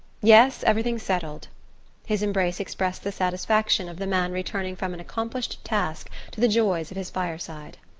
yes everything's settled his embrace expressed the satisfaction of the man returning from an accomplished task to the joys of his fireside.